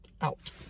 out